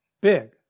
big